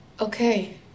Okay